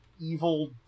evil